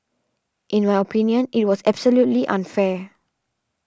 in my opinion it was absolutely unfair